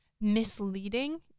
misleading